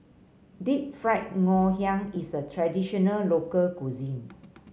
Deep Fried Ngoh Hiang is a traditional local cuisine